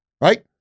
right